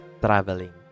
traveling